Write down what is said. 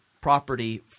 property